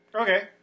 okay